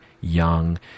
young